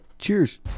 cheers